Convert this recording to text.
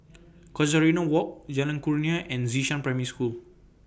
Casuarina Walk Jalan Kurnia and Xishan Primary School